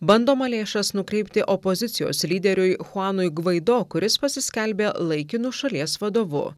bandoma lėšas nukreipti opozicijos lyderiui chuanui gvaido kuris pasiskelbė laikinu šalies vadovu